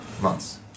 months